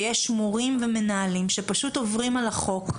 שיש מורים ומנהלים שפשוט עוברים על החוק,